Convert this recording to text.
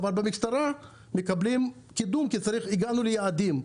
אבל במשטרה מקבלים קידום כי "הגענו ליעדים".